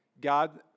God